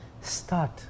start